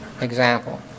example